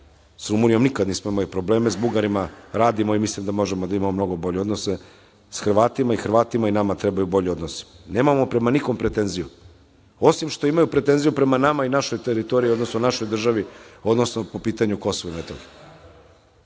sa Rumunijom nikada nismo imali probleme, sa Bugarima radimo i mislim da možemo da imamo mnogo bolje odnose, sa Hrvatima i nama, trebaju bolji odnosi. Nemamo ni prema kome pretenziju, osim što imaju pretenziju prema nama i našoj teritoriji i našoj državi, odnosno po pitanju KiM.